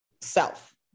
self